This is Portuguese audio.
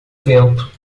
vento